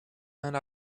and